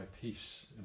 peace